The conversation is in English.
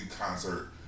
concert